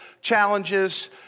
challenges